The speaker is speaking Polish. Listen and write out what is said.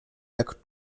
jak